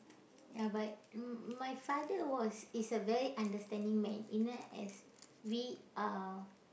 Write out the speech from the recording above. ya but mm my father was is a very understanding man you know as we are